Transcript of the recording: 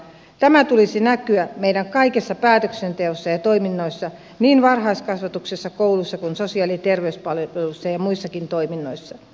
tämän tulisi näkyä meidän kaikessa päätöksenteossa ja toiminnoissa niin varhaiskasvatuksessa koulussa kuin sosiaali ja terveyspalveluissa ja muissakin toiminnoissa